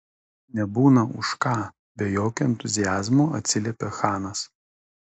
nebūna už ką be jokio entuziazmo atsiliepė chanas